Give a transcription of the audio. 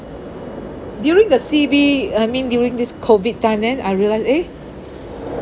during the C_B uh I mean during this COVID time then I realised eh